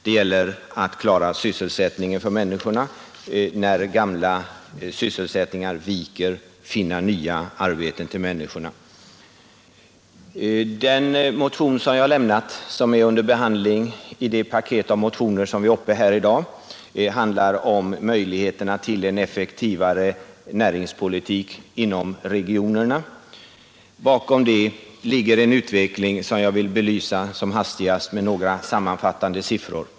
Det gäller att klara sysselsättningen för människorna — att finna nya arbeten när gamla sysselsättningar viker. Den motion som jag lämnat och som behandlas i det paket av motioner som tas upp här i dag handlar om möjligheterna till en effektivare näringspolitik inom regionerna. Bakom detta ligger en utveckling som jag vill belysa med några sammanfattande siffror.